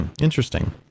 Interesting